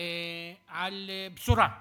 על בשורה,